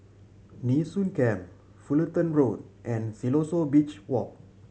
Nee Soon Camp Fullerton Road and Siloso Beach Walk